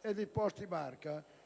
e dei posti barca.